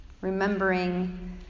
remembering